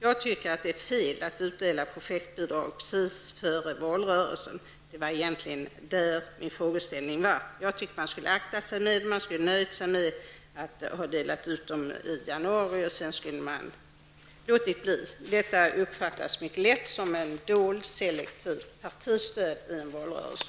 Jag tycker att det är felaktigt att utdela projektbidrag precis före valrörelsen. Det var egentligen detta som min fråga gällde. Jag tycker att man borde ha nöjt sig med att dela ut pengarna i januari. Därefter skulle man ha låtit bli att dela ut pengar. Det här uppfattas mycket lätt som ett dolt selektivt partistöd i en valrörelse.